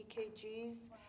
EKGs